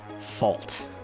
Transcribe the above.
fault